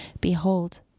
Behold